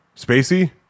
Spacey